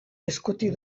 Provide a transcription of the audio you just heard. eskutik